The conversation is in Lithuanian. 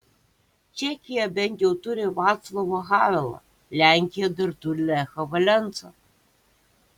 čekija bent jau turi vaclovą havelą lenkija dar turi lechą valensą